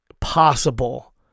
possible